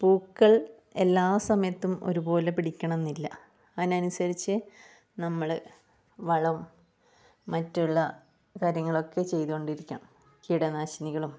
പൂക്കൾ എല്ലാ സമയത്തും ഒരുപോലെ പിടിക്കണമെന്നില്ല അതിനനുസരിച്ച് നമ്മള് വളം മറ്റുള്ള കാര്യങ്ങളൊക്കെ ചെയ്തുകൊണ്ടിരിക്കണം കീടനാശിനികളും